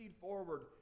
forward